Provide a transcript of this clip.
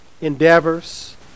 endeavors